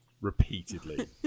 repeatedly